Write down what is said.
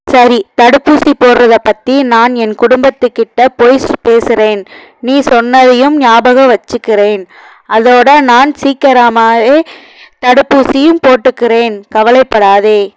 சரி தடுப்பூசி போடுறத பற்றி நான் என் குடும்பத்துக்கிட்டே போய் பேசுகிறேன் நீ சொன்னதையும் ஞாபகம் வைச்சிக்கிறேன் அதோடு நான் சீக்கிரமாகவே தடுப்பூசியும் போட்டுக்கிறேன் கவலைப்படாதே